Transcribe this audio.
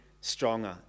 stronger